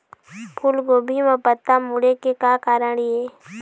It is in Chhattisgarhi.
फूलगोभी म पत्ता मुड़े के का कारण ये?